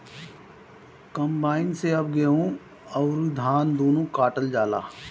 combine से अब गेहूं अउर धान दूनो काटल जाला